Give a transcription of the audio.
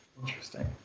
Interesting